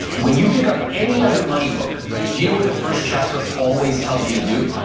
when you pick up any other money book, do you know what the first chapter always tells you to do?